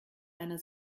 einer